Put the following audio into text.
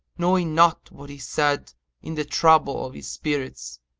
knowing not what he said in the trouble of his spirits.